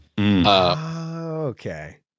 Okay